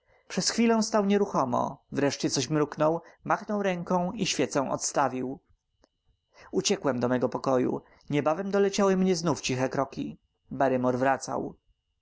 przez chwilę stał nieruchomo wreszcie coś mruknął machnął ręką i świecę odstawił uciekłem do mego pokoju niebawem doleciały mnie znowu ciche kroki barrymore wracał